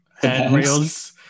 handrails